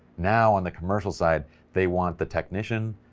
now on the commercial side they want the technician,